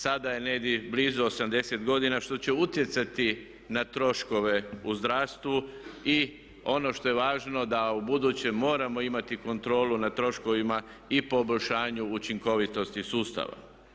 Sada je negdje blizu 80 godina što će utjecati na troškove u zdravstvu i ono što je važno da u buduće moramo imati kontrolu nad troškovima i poboljšanju učinkovitosti sustava.